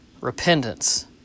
repentance